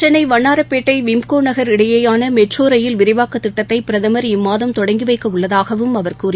சென்னைவண்ணாரப்பேட்டை விம்கோநகர் இடையிலானமெட்ரோரயில் விரிவாக்கதிட்டத்தைபிரதமர் இம்மாதம் தொடங்கிவைக்கஉள்ளதாகவும் அவர் கூறினார்